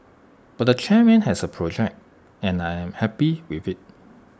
but the chairman has A project and I am happy with IT